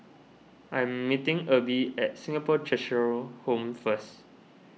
I am meeting Erby at Singapore Cheshire Home first